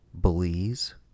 Belize